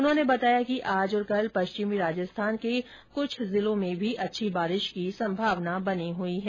उन्होंने बताया कि आज और कल पश्चिमी राजस्थान के कुछ जिलों में भी अच्छी बारिश की संभावना बनी हुई है